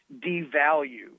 devalue